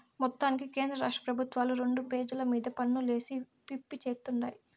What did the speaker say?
మొత్తానికి కేంద్రరాష్ట్ర పెబుత్వాలు రెండు పెజల మీద పన్నులేసి పిప్పి చేత్తుండాయి